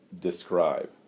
describe